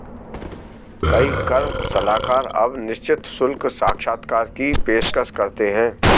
कई कर सलाहकार अब निश्चित शुल्क साक्षात्कार की पेशकश करते हैं